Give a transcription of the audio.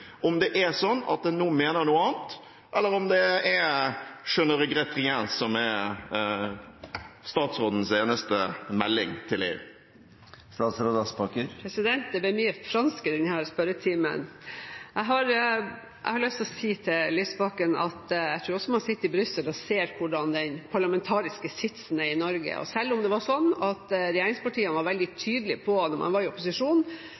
om det er sånn at en nå mener noe annet, eller om det er «je ne regrette rien» som er statsrådens eneste melding til EU. Det ble mye fransk i denne spørretimen! Jeg har lyst til å si til Lysbakken at jeg tror også man sitter i Brussel og ser hvordan den parlamentariske sitsen er i Norge. Selv om det var sånn at regjeringspartiene var veldig tydelige på da man var i opposisjon,